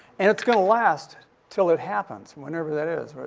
and it's gonna last till it happens, whenever that is,